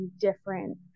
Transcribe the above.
different